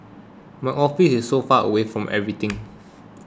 my office is so far away from everything